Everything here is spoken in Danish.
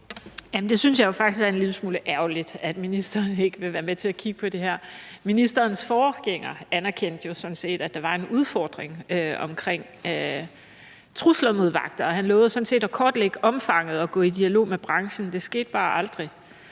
Jeg synes faktisk, det er en lille smule ærgerligt, at ministeren ikke vil være med til at kigge på det her. Ministerens forgænger anerkendte jo sådan set, at der var en udfordring omkring trusler mod vagter, og han lovede at kortlægge omfanget af det og at gå i dialog med branchen; det skete bare aldrig.